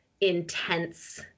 intense